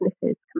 businesses